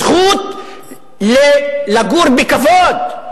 הזכות לגור בכבוד,